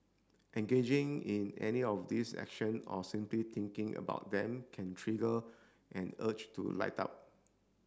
engaging in any of these action or simply thinking about them can trigger an urge to light up